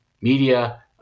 media